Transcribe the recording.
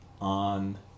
on